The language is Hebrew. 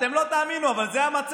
אתם לא תאמינו, אבל זה המצב.